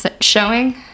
showing